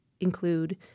include